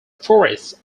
forests